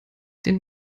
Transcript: den